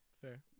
Fair